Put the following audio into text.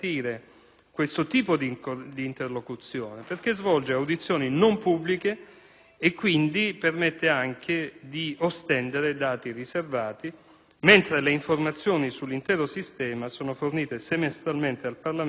questo tipo di interlocuzione perché svolge audizioni non pubbliche e, quindi, permette anche di ostendere dati riservati, mentre le informazioni sull'intero sistema sono fornite semestralmente al Parlamento